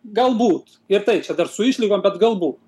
galbūt ir tai čia dar su išlygom bet galbūt